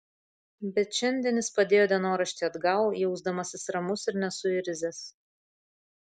bet šiandien jis padėjo dienoraštį atgal jausdamasis ramus ir nesuirzęs